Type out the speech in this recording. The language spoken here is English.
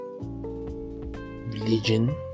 religion